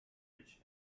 rich